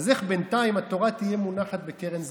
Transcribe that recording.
אז איך בינתיים התורה תהיה מונחת בקרן זווית?